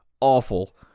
Awful